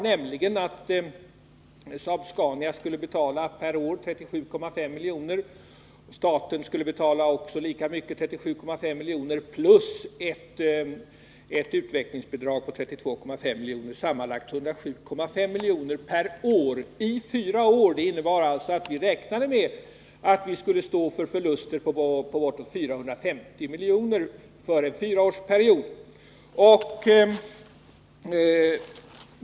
Enligt den skulle Saab-Scania per år betala 37,5 milj.kr. och staten lika mycket, dvs. 37,5 milj.kr. plus ett utvecklingsbidrag på 32,5 milj.kr. eller sammanlagt 107,5 milj.kr. per år under fyra år. Man räknade alltså med förluster på bortåt 450 milj.kr. för en fyraårsperiod.